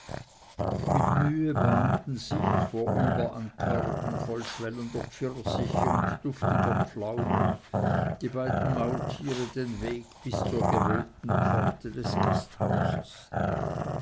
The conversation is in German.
mit mühe bahnten sich vorüber an körben voll schwellender pfirsiche und duftiger pflaumen die beiden maultiere den weg bis zur gewölbten pforte des gasthauses